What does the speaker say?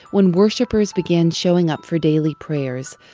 when worshipers began showing up for daily prayers,